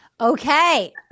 Okay